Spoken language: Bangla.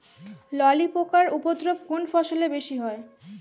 ললি পোকার উপদ্রব কোন ফসলে বেশি হয়?